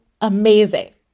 amazing